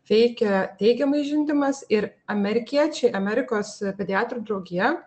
veikia teigiamai žindymas ir amerikiečiai amerikos pediatrų draugija